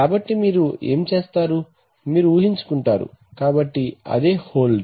కాబట్టి మీరు ఏమి చేస్తారు మీరు ఊహించుకుంటారు కాబట్టి అదే హోల్డ్